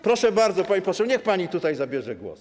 Proszę bardzo, pani poseł, niech pani tutaj zabierze głos.